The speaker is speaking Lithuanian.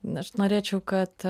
aš norėčiau kad